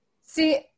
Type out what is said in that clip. See